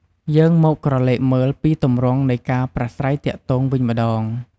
យើងមកក្រឡេកមើលពីទម្រង់នៃការប្រាស្រ័យទាក់ទងវិញម្ដង។